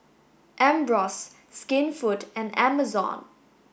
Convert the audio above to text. Ambros Skinfood and Amazon